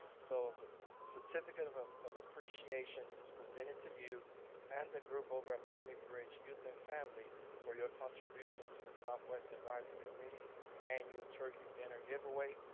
so the certificate of of appreciation is presented to you and the group over at miami bridge youth and family for your contributions to the southwest advisory committee's annual turkey dinner giveaway,